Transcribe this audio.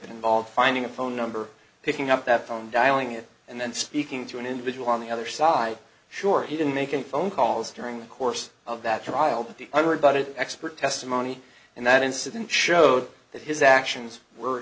involved finding a phone number picking up that phone dialing it and then speaking to an individual on the other side sure he didn't make any phone calls during the course of that trial but the i would but it expert testimony in that incident showed that his actions were